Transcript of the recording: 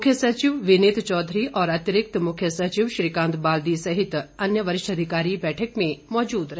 मुख्य सचिव विनीत चौधरी और अतिरिक्त मुख्य सचिव श्रीकांत बाल्दी सहित अन्य वरिष्ठ अधिकारी बैठक में मौजूद रहे